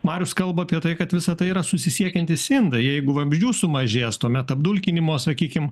marius kalba apie tai kad visa tai yra susisiekiantys indai jeigu vabzdžių sumažės tuomet apdulkinimo sakykim